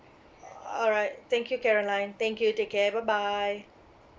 uh alright thank you caroline thank you take care bye bye